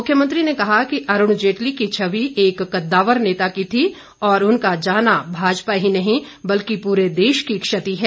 मुख्यमंत्री ने कहा कि अरुण जेटली की छवि एक कद्दावर नेता की थी और उनका जाना भाजपा ही नहीं बल्कि पूरे देश की क्षति है